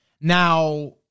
Now